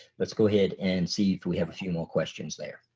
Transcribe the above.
let's go ahead and see if we have a few more questions there.